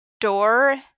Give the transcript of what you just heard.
door